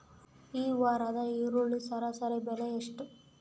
ಈ ವಾರದ ಈರುಳ್ಳಿ ಸರಾಸರಿ ಬೆಲೆ ಎಷ್ಟು?